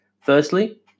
Firstly